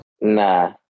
Nah